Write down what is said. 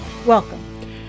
Welcome